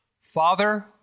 Father